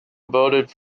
voted